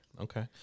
Okay